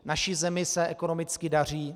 Naší zemi se ekonomicky daří.